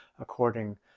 according